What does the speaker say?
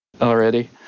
Already